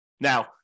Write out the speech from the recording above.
Now